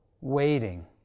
waiting